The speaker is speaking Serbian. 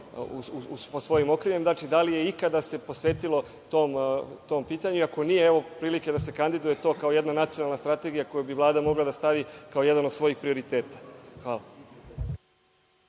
pod svojim okriljem? Da li se ikada posvetilo tom pitanju? Ako nije, evo prilike da se kandiduje to kao nacionalna strategija koju bi Vlada mogla da stavi kao jedan od svojih prioriteta. **Maja